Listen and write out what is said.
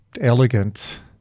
elegant